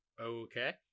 okay